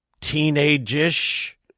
teenage-ish